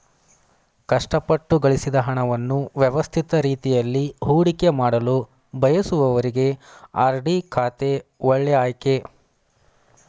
ಕಷ್ಟಪಟ್ಟು ಗಳಿಸಿದ ಹಣವನ್ನು ವ್ಯವಸ್ಥಿತ ರೀತಿಯಲ್ಲಿ ಹೂಡಿಕೆಮಾಡಲು ಬಯಸುವವರಿಗೆ ಆರ್.ಡಿ ಖಾತೆ ಒಳ್ಳೆ ಆಯ್ಕೆ